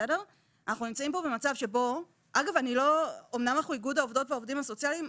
אמנם אנחנו איגוד העובדות והעובדים הסוציאליים,